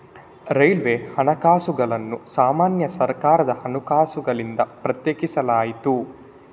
railway ಹಣಕಾಸುಗಳನ್ನು ಸಾಮಾನ್ಯ ಸರ್ಕಾರದ ಹಣಕಾಸುಗಳಿಂದ ಪ್ರತ್ಯೇಕಿಸಲಾಯಿತು